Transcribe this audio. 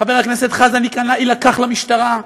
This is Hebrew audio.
חבר הכנסת חזן יילקח למשטרה,